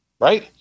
right